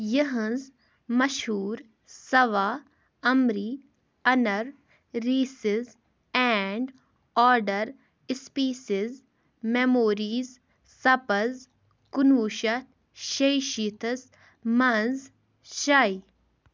یِہٕنٛز مشہوٗر سواح عمری inner races and outer spaces memories سَپٕز کُنہٕ وُہ شَتھ شیٚیہِ شیٖتھَس منٛز شایع